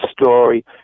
story